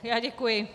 Já děkuji.